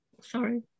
sorry